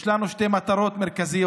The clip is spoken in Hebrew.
יש לנו שתי מטרות מרכזיות: